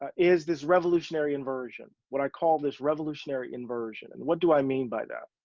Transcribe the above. ah is this revolutionary inversion. when i call this revolutionary inversion, and what do i mean by that?